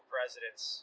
Presidents